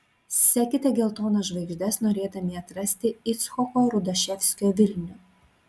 sekite geltonas žvaigždes norėdami atrasti icchoko rudaševskio vilnių